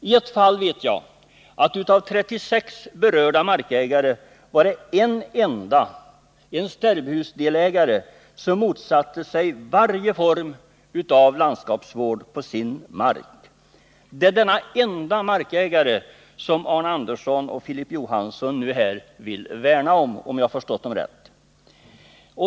I ett fall som jag känner till var det av 36 berörda markägare en enda, en stärbhusdelägare, som motsatte sig varje form av landskapsvård på sin mark. Det är denne ende markägare som Arne Andersson och Filip Johansson vill värna om, om jag har förstått dem rätt.